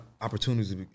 opportunities